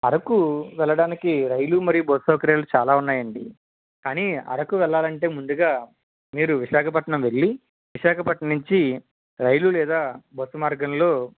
అరకు వెళ్లడానికి రైలు మరియు బస్సు సౌకర్యాలు చాలా ఉన్నాయండి కానీ అరకు వెళ్లాలంటే ముందుగా మీరు విశాఖపట్నం వెళ్లి విశాఖపట్నం నుంచి రైలు లేదా బస్సు మార్గంలో